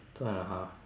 two and a half